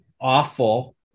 awful